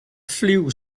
flu